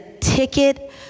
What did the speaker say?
ticket